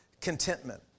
contentment